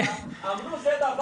אמרו זה דבר